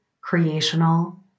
creational